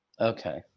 Okay